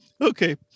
Okay